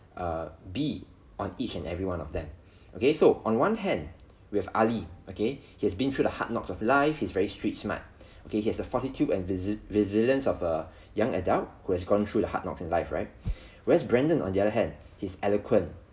err be on each and everyone of them okay so on one hand we have Ali okay he's been through the hard knocks of life he's very street smart okay he has a fortitude and resil~ resilience of a young adult who has gone through the hard knock in life right where as brendan on the other hand he's eloquent